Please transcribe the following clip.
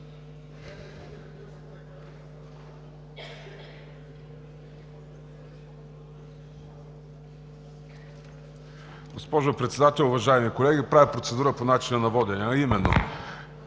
Госпожо Председател, уважаеми колеги! Правя процедура по начина на водене, а именно: